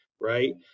right